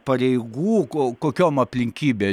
pareigų ko kokiom aplinkybėm